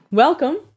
Welcome